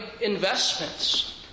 investments